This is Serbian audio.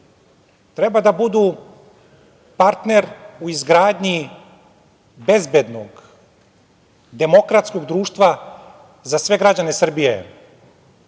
treba da budu partner u izgradnji bezbednog demokratskog društva za sve građane Srbije. Dosta